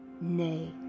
Nay